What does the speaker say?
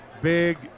big